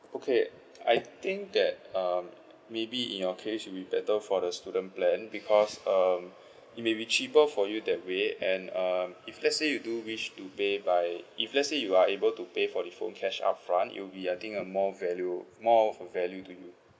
okay I think that um maybe in your case should be better for the student plan because um it maybe cheaper for you that way and um if let's say you do wish to pay by if let's say you are able to pay for the phone cash upfront it'll be I think a more value more of a value to you